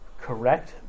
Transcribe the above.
correct